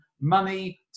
money